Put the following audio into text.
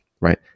right